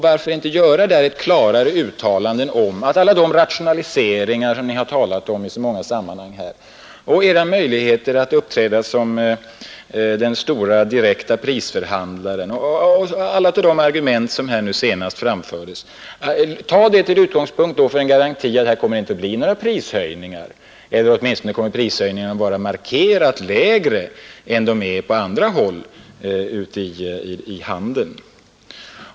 Varför inte då göra ett klarare uttalande om alla de rationaliseringar som Ni har talat om i så många sammanhang och om bolagets möjligheter att uppträda som den stora direkta prisförhandlaren och ta det till utgångspunkt då för en garanti att här kommer inte att bli några prishöjningar eller åtminstone att prishöjningarna kommer att vara markerat lägre än de är på andra håll ute i handeln.